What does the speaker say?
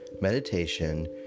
Meditation